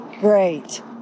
Great